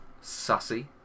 Sassy